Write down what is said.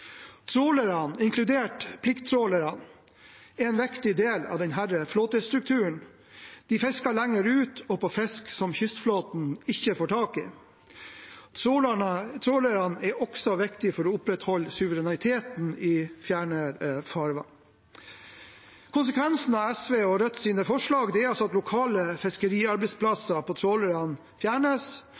Trålerne, inkludert plikttrålerne, er en viktig del av denne flåtestrukturen. De fisker lenger ut og på fisk som kystflåten ikke får tak i. Trålerne er også viktige for å opprettholde suvereniteten i fjerne farvann. Konsekvensen av SVs og Rødts forslag er altså at lokale fiskeriarbeidsplasser på trålerne fjernes,